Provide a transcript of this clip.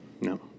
No